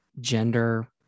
gender